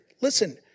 listen